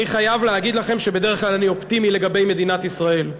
אני חייב להגיד לכם שבדרך כלל אני אופטימי לגבי מדינת ישראל.